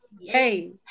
hey